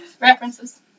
References